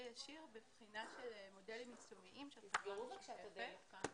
עשיר בבחינה של מודלים יישומיים של חברה משותפת.